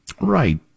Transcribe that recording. Right